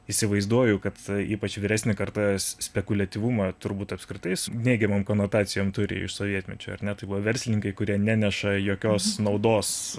įsivaizduoju kad ypač vyresnė karta spekuliatyvumą turbūt apskritai neigiamom konotacijom turi iš sovietmečio ar ne tai buvo verslininkai kurie neneša jokios naudos